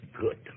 good